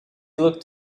looked